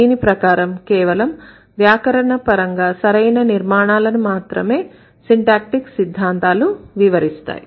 దీని ప్రకారం కేవలం వ్యాకరణపరంగా సరైన నిర్మాణాలను మాత్రమే సిన్టాక్టీక్ సిద్ధాంతాలు వివరిస్తాయి